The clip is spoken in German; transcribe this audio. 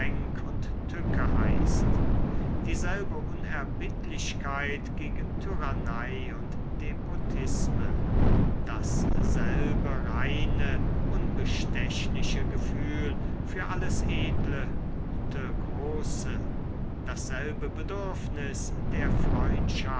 und tücke heißt dieselbe unerbittlichkeit gegen tyrannei und despotisme dasselbe reine unbestechliche gefühl für alles edle gute große dasselbe bedürfnis der